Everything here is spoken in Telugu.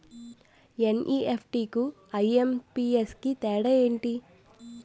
ఎన్.ఈ.ఎఫ్.టి కు ఐ.ఎం.పి.ఎస్ కు తేడా ఎంటి?